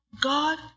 God